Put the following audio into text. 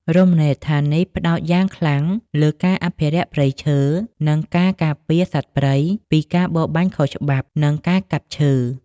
រមណីយដ្ឋាននេះផ្តោតយ៉ាងខ្លាំងលើការអភិរក្សព្រៃឈើ និងការការពារសត្វព្រៃពីការបរបាញ់ខុសច្បាប់ និងការកាប់ឈើ។